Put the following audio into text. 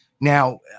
Now